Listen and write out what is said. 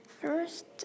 First